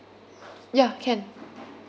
ya can